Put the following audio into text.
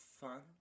fun